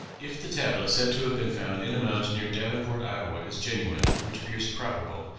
if the tablet said to have been found in a mound near davenport, iowa, is genuine, which appears probable,